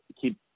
keep